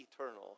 eternal